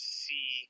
see